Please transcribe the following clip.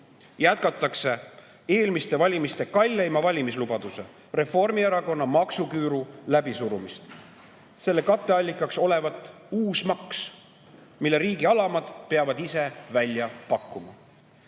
jätkatakse eelmiste valimiste kalleima valimislubaduse, Reformierakonna maksuküüru läbisurumist. Selle katteallikaks olevat uus maks, mille riigi alamad peavad ise välja